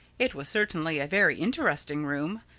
it was certainly a very interesting room,